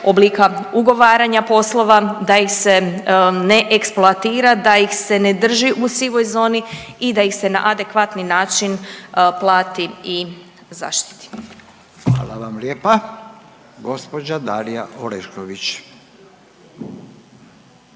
oblika ugovaranja poslova da ih se ne eksploatira, da ih se ne drži u sivoj zoni i da ih se na adekvatni način plati i zaštiti. **Radin, Furio